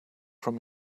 from